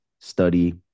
study